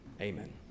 amen